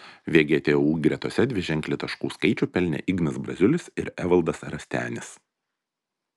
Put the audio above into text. vgtu gertose dviženklį taškų skaičių pelnė ignas braziulis ir evaldas rastenis